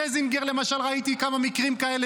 אצל שלזינגר למשל ראיתי כמה מקרים כאלה,